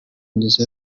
myiza